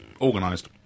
organised